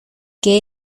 que